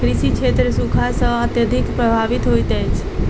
कृषि क्षेत्र सूखा सॅ अत्यधिक प्रभावित होइत अछि